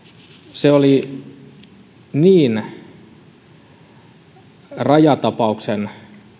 oli niin rajatapauksen